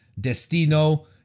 destino